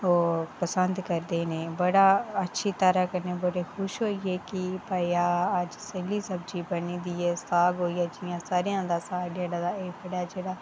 ओह् पसंद करदे नै ते जेह्ड़ा बड़े अच्छे कन्नै खुश होइयै भाई अज्ज सैल्ली सब्जी बनी दी ऐ साग होइया जि'यां सरेआं दा साग जेह्ड़ा तां एह् बड़ा